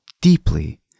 deeply